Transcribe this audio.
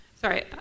Sorry